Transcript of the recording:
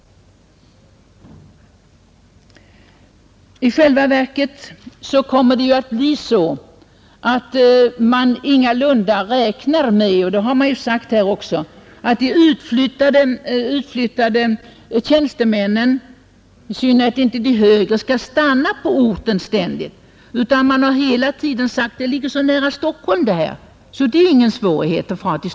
I själva verket kommer det att bli så att man ingalunda räknar med att de utflyttade tjänstemännen — i synnerhet inte de högre — ständigt skall stanna på orten, Det har man ju också sagt här. Man har hela tiden sagt: Det är så nära till Stockholm, så det är ingen svårighet att resa dit.